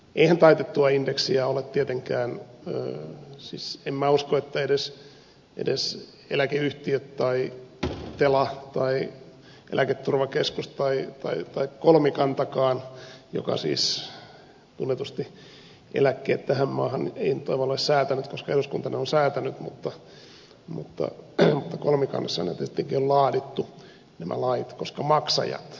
eihän taitettua indeksiä ole tietenkään säädetty kuin menojen pienentämiseksi siis en minä usko että niin ovat tehneet edes eläkeyhtiöt tai tela tai eläketurvakeskus tai kolmikantakaan joka siis tunnetusti eläkkeet tähän maahan on ei nyt tavallaan säätänyt koska eduskunta ne on säätänyt mutta kolmikannassa tietenkin on laadittu nämä lait koska maksajat ovat siellä